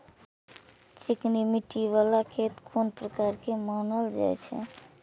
चिकनी मिट्टी बाला खेत कोन प्रकार के मानल जाय छै?